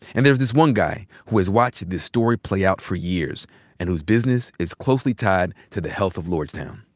and there's this one guy who has watched this story play out for years and whose business is closely tied to the health of lordstown.